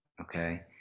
Okay